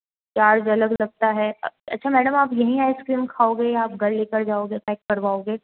charge अलग लगता है अच्छा मैडम आप यहीं आइसक्रीम खाओगे या आप घर लेकर जाओगे पैक करवाओगे